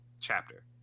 chapter